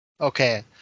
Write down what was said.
Okay